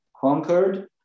conquered